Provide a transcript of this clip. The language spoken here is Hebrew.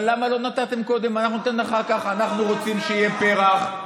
למה לא נתתם את שני השלישים שאנחנו חושבים שצריך לתת?